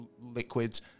liquids